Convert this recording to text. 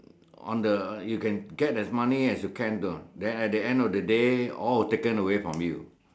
on the you can get as money as you can done then at the end of the day all will taken away from you